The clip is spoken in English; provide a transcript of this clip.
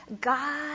God